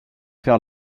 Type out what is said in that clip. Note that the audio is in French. faire